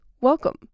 welcome